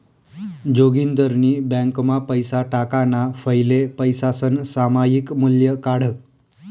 जोगिंदरनी ब्यांकमा पैसा टाकाणा फैले पैसासनं सामायिक मूल्य काढं